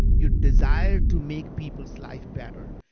your desire to make people's life better.